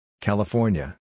California